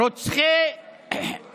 הוא לא עשה את זה כדי לחסל את המדינה.